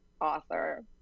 author